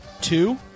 Two